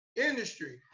industry